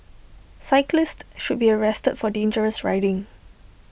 cyclist should be arrested for dangerous riding